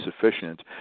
sufficient